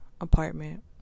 apartment